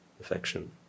affection